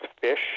fish